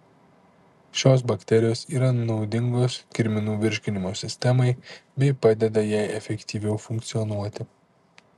šios bakterijos yra naudingos kirminų virškinimo sistemai bei padeda jai efektyviau funkcionuoti